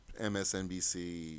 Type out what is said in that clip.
msnbc